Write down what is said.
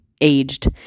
aged